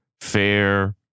fair